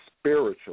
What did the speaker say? spiritual